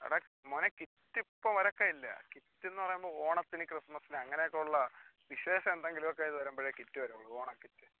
എടാ മോനെ കിറ്റ് ഇപ്പം വരക്കയില്ല കിറ്റ് എന്ന് പറയുമ്പം ഓണത്തിന് ക്രിസ്മസിന് അങ്ങനെ ഒക്കെ ഉള്ള വിശേഷം എന്തെങ്കിലും വരുമ്പഴേ കിറ്റ് വരവുള്ളൂ ഓണക്കിറ്റ്